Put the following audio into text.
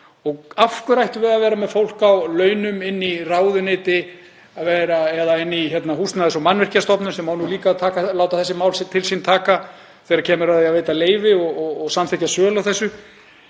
Og af hverju ættum við að vera með fólk á launum í ráðuneytinu eða í Húsnæðis- og mannvirkjastofnun, sem á líka að láta þessi mál til sín taka þegar kemur að því að veita leyfi og samþykkja sölu á þessu,